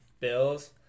Bills